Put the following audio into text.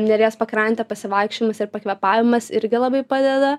neries pakrante pasivaikščiojimas ir pakvėpavimas irgi labai padeda